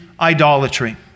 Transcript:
idolatry